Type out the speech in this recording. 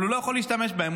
אבל הוא לא יכול להשתמש בהן,